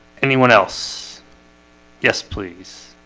anyone else yes, please